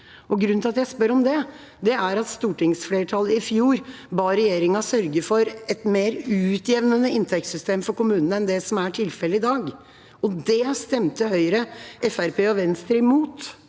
Grunnen til at jeg spør om det, er at stortingsflertallet i fjor ba regjeringa sørge for et mer utjevnende inntektssystem for kommunene enn det som er tilfellet i dag. Det stemte Høyre, Fremskrittspartiet